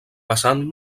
passant